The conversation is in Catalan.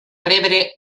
rebre